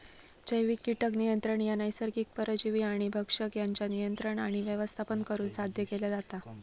जैविक कीटक नियंत्रण ह्या नैसर्गिक परजीवी आणि भक्षक यांच्या नियंत्रण आणि व्यवस्थापन करुन साध्य केला जाता